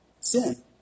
Sin